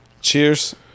Cheers